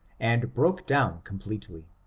and broke down completely.